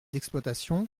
d’exploitation